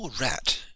rat